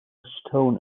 stone